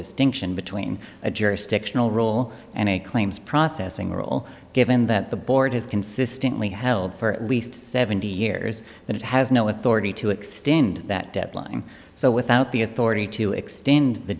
distinction between a jurisdictional role and a claims processing role given that the board has consistently held for at least seventy years that it has no authority to extend that deadline so without the authority to extend the